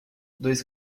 dois